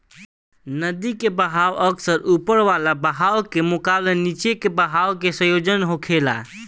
नदी के बहाव अक्सर ऊपर वाला बहाव के मुकाबले नीचे के बहाव के संयोजन होखेला